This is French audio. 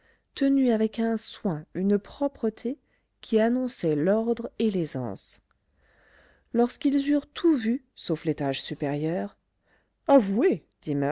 tenue avec un soin une propreté qui annonçaient l'ordre et l'aisance lorsqu'ils eurent tout vu sauf l'étage supérieur